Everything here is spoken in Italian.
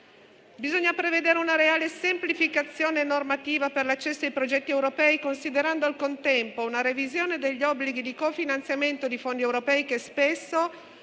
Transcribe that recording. Bisogna prevedere una reale semplificazione normativa per l'accesso ai progetti europei, considerando al contempo una revisione degli obblighi di cofinanziamento di fondi europei che spesso